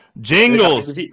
Jingles